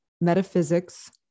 metaphysics